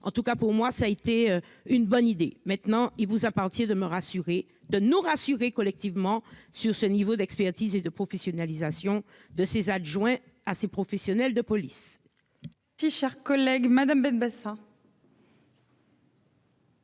en tout cas pour moi ça a été une bonne idée, maintenant, il vous appartient de me rassurer de nous rassurer collectivement sur ce niveau d'expertise et de professionnalisation de ses adjoints assez ces professionnels de police. Si cher collègue Madame Benbassa.